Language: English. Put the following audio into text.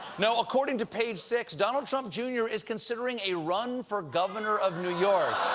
no, according to page six, donald trump jr. is considering a run for governor of new york.